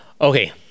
okay